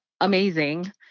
amazing